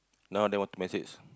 now then want to message